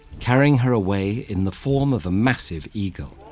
carrying her away in the form of a massive eagle.